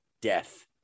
death